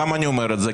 למה אני אומר את זה?